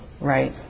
right